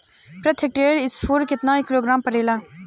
प्रति हेक्टेयर स्फूर केतना किलोग्राम परेला?